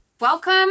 Welcome